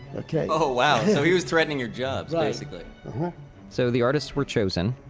okay? oh wow, so he was threatening your jobs, basically so the artists were chosen,